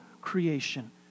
creation